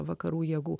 vakarų jėgų